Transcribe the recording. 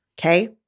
Okay